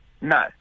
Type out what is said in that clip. No